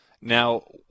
Now